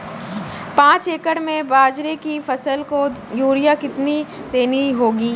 पांच एकड़ में बाजरे की फसल को यूरिया कितनी देनी होगी?